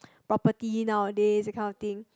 property nowadays that kind of thing